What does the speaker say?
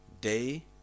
Day